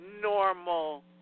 normal